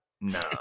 No